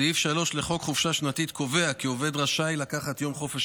סעיף 3 לחוק חופשה שנתית קובע כי עובד רשאי לקחת יום חופש